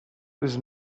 eus